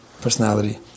personality